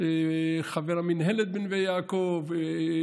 חבר המינהלת בנווה יעקב.